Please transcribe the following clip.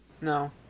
No